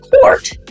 court